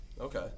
Okay